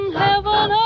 heaven